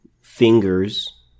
fingers